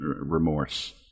remorse